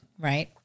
Right